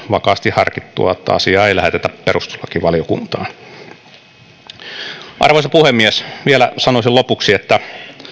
vakaasti harkittuaan tämän päätöksen että asiaa ei lähetetä perustuslakivaliokuntaan arvoisa puhemies vielä sanoisin lopuksi että tätä